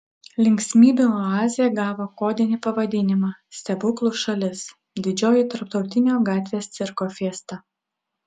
linksmybių oazė gavo kodinį pavadinimą stebuklų šalis didžioji tarptautinio gatvės cirko fiesta